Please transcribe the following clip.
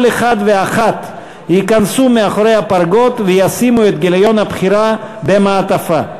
כל אחד ואחת ייכנסו מאחורי הפרגוד וישימו את גיליון הבחירה במעטפה.